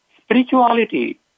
Spirituality